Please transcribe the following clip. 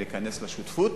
להיכנס לשותפות